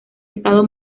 estado